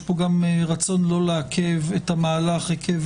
יש פה גם רצון לא לעכב את המהלך עקב